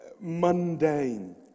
mundane